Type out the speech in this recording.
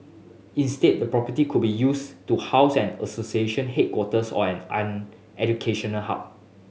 instead the property could be used to house an association headquarters or an educational hub